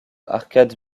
arcade